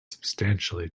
substantially